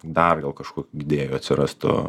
dar gal kažkokių idėjų atsirastų